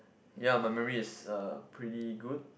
ya my memories is uh pretty good